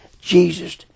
Jesus